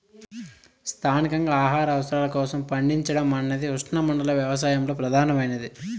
స్థానికంగా ఆహార అవసరాల కోసం పండించడం అన్నది ఉష్ణమండల వ్యవసాయంలో ప్రధానమైనది